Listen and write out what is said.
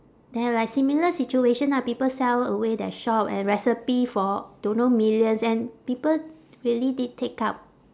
there are like similar situation ah people sell away their shop and recipe for don't know millions and people really did take up